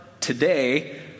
today